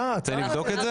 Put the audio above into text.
אתה רוצה שאני אבדוק את זה?